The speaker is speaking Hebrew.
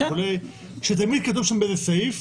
זה תמיד כתוב שם באיזה סעיף: